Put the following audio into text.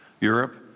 Europe